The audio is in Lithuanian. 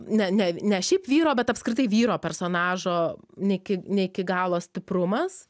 ne ne ne šiaip vyro bet apskritai vyro personažo ne iki ne iki galo stiprumas